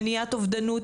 מניעת אובדנות,